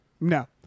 no